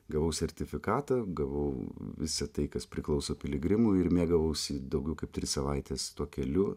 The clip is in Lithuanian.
gavau sertifikatą gavau visą tai kas priklauso piligrimui ir mėgavausi daugiau kaip tris savaites tuo keliu